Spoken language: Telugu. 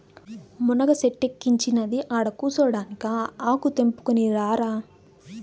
మునగ సెట్టిక్కించినది ఆడకూసోడానికా ఆకు తెంపుకుని రారా